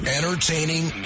Entertaining